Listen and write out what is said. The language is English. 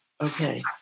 Okay